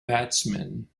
batsman